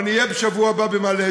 ואני אהיה בשבוע הבא במעלה-אדומים,